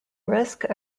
risk